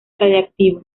radiactivo